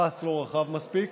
הפס לא רחב מספיק,